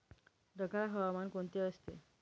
ढगाळ हवामान कोणते असते?